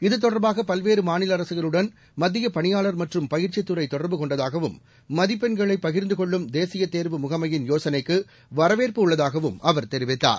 இதுதொடர்பாக பல்வேறு மாநில அரசுகளுடன் மத்தியப் பணியாளர் மற்றும் பயிற்சித்துறை தொடர்பு கொண்டதாகவும் மதிப்பெண்களை பகிர்ந்து கொள்ளும் தேசிய தேர்வு முகமையின் யோசனைக்கு வரவேற்பு உள்ளதாகவும் அவர் தெரிவித்தார்